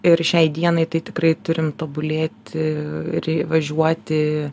ir šiai dienai tai tikrai turim tobulėti ir į važiuoti